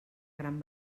gran